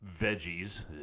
veggies